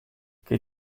che